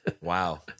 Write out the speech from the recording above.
wow